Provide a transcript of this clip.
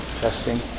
testing